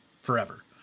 forever